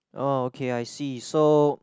oh okay I see so